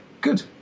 good